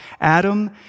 Adam